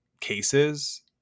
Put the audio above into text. cases